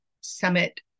summit